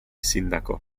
sindaco